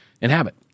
Inhabit